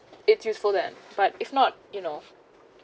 it's useful then but if not you know